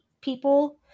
people